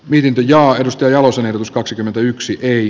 viking linjaa edusti jalosen ehdotus kaksikymmentäyksi ei